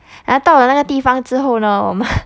然后到了那个地方之后呢我们